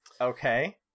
Okay